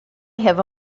have